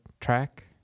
track